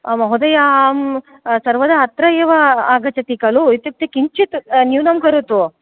महोदय अहं सर्वदा अत्र एव आगच्छति खलु इत्युक्ते किञ्चित् न्यूनं करोतु